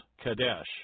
Kadesh